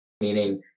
Meaning